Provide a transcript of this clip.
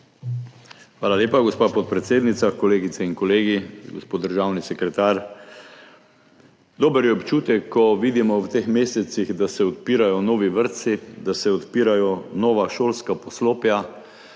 Hvala lepa, gospa podpredsednica. Kolegice in kolegi, gospod državni sekretar! Dober je občutek, ko v teh mesecih vidimo, da se odpirajo novi vrtci, da se odpirajo nova šolska poslopja,